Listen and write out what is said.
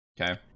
Okay